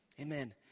Amen